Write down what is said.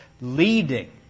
leading